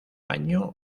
año